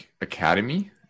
Academy